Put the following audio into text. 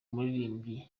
umuririmbyi